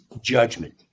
judgment